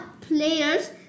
players